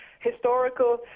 historical